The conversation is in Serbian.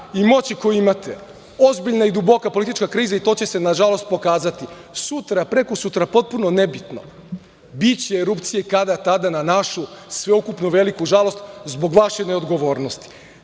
i moći koju imate, ozbiljna je i duboka politička kriza i to će se nažalost pokazati. Sutra, prekosutra, potpuno nebitno, biće erupcije kad-tad na našu sveukupnu veliku žalost zbog vaše neodgovornosti. Dakle,